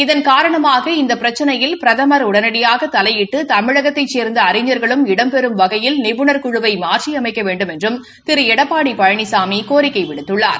இதன் காரணமாக இந்த பிரச்சினையில் பிரதமர் உடனடியாக தலையிட்டு தமிழகத்தைச் சேர்ந்த அறிஞர்களும் இடம்பெறம் வகையில் நிபுணர் குழுவை மாற்றியமைக்க வேண்டுமென்றும் திரு எடப்பாடி பழனிசாமி கோிக்கை விடுத்துள்ளார்